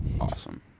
awesome